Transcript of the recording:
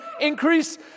increase